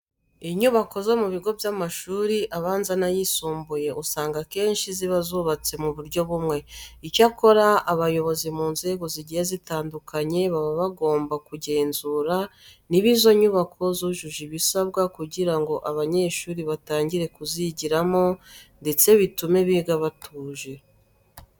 Inyubako zo mu bigo by'amashuri abanza n'ayisumbuye usanga akenshi ziba zubatse mu buryo bumwe. Icyakora abayobozi mu nzego zigiye zitandukanye baba bagomba kugenzura niba izo nyubako zujuje ibisabwa kugira ngo abanyeshuri batangire kuzigiramo ndetse bitume biga batuje.